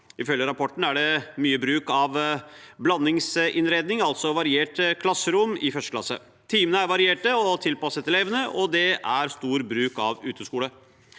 Ifølge rapporten er det mye bruk av blandingsinnredning, altså varierte klasserom, i 1. klasse. Timene er varierte og tilpasset elevene, og det er mye bruk av uteskole.